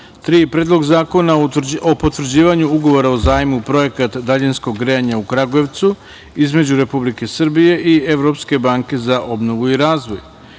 Predlog zakona o potvrđivanju Ugovora o zajmu, Projekat daljinskog grejanja u Kragujevcu, između Republike Srbije i Evropske banke za obnovu i razvoj,